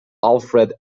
alfred